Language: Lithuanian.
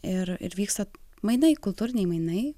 ir ir vyksta mainai kultūriniai mainai